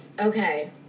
Okay